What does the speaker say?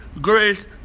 grace